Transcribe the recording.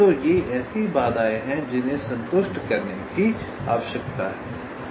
तो ये ऐसी बाधाएँ हैं जिन्हें संतुष्ट करने की आवश्यकता है